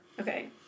Okay